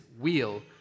Wheel